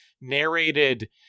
narrated